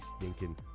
stinking